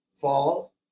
fall